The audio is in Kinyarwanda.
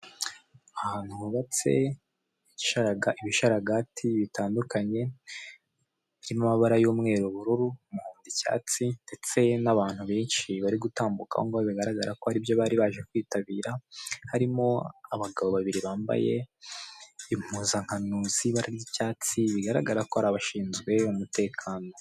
Ahantu hubatse igisharaga ibisharagati bitandukanye, biri mu mabara y'umweru, ubururu, umuhondo, icyatsi ndetse n'abantu benshi bari gutambuka aho ngaho bigaragara ko hari ibyo bari baje kwitabira, harimo abagabo babiri bambaye impuzankano z'ibara ry'icyatsi bigaragara ko ari abashinzwe umutekano.